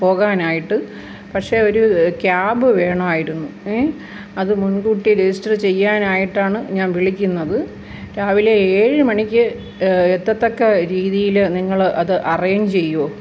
പോകാനായിട്ട് പക്ഷേ ഒരു ക്യാബ് വേണമായിരുന്നു എ അത് മുൻകൂട്ടി രജിസ്റ്റർ ചെയ്യാനായിട്ടാണ് ഞാൻ വിളിക്കുന്നത് രാവിലെ ഏഴുമണിക്ക് എത്തത്തക്ക രീതീൽ നിങ്ങൾ അത് അറേഞ്ച് ചെയ്യുമോ